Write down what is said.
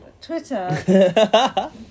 Twitter